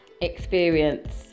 experience